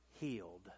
healed